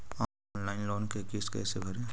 Online loan के किस्त कैसे भरे?